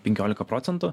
penkiolika procentų